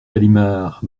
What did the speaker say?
galimard